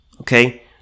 Okay